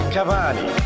Cavani